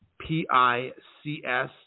P-I-C-S